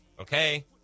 okay